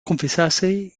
confesase